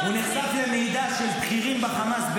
הוא נחשף למידע על בכירים בחמאס,